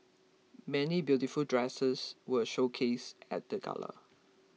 many beautiful dresses were showcased at the gala